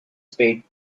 spade